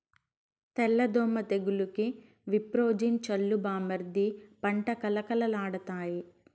తెల్ల దోమ తెగులుకి విప్రోజిన్ చల్లు బామ్మర్ది పంట కళకళలాడతాయి